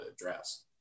address